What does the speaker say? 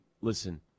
listen